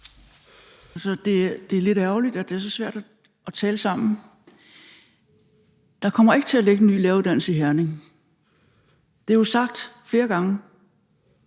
Det er lidt ærgerligt, at det er så svært at tale sammen. Der kommer ikke til at ligge en ny læreruddannelse i Herning. Det er jo sagt flere gange.